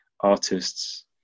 artists